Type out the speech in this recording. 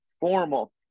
formal